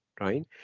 right